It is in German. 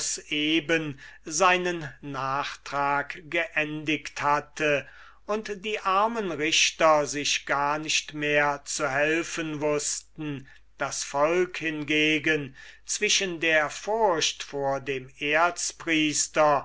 eben seinen nachtrag geendigt hatte und die armen richter sich gar nicht mehr zu helfen wußten das volk hingegen zwischen der furcht vor dem